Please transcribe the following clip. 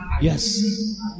Yes